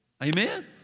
Amen